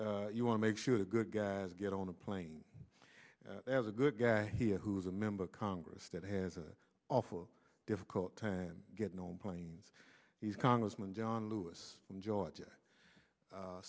that you want to make sure the good guys get on a plane as a good guy here who is a member of congress that has an awful difficult time getting on planes is congressman john lewis from georgia